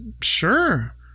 sure